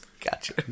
Gotcha